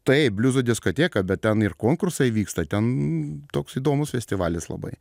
taip bliuzo diskoteka bet ten ir konkursai vyksta ten toks įdomus festivalis labai